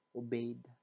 obeyed